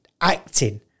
acting